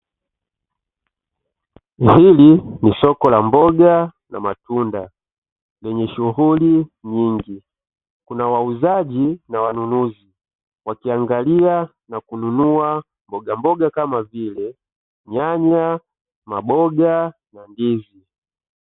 Hili ni soko la mboga na matunda lenye shughuli nyingi kuna wauzaji na wanunuzi wakiangalia na kununua mbogamboga kama vile; nyanya, maboga na ndizi.